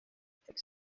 excepto